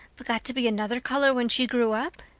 but got to be another color when she grew up?